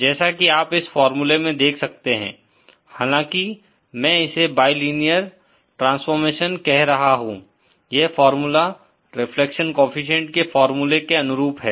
जैसा की आप इस फॉर्मूले में देख सकते हैं हालाँकि मैं इसे बिलेनियर ट्रांसफॉर्मेशन कह रहा हूँ यह फार्मूला रिफ्लेक्शन कोएफ़िशिएंट के फॉर्मूले के अनुरूप है